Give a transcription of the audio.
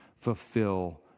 Fulfill